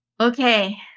Okay